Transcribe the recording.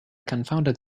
confounded